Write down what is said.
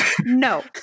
No